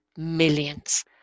millions